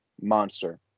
monster